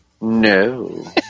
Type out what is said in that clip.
No